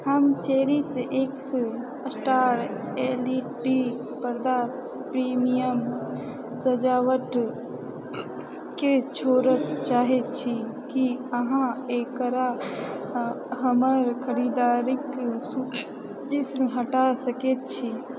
हम Cherish X star L E D पर्दा premium सजावटकेँ छोड़य चाहैत छी की अहाँ एकरा हमर खरीदारिके सूचीसँ हटा सकैत छी